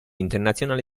internazionale